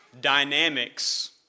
dynamics